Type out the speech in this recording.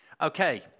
Okay